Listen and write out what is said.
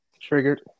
triggered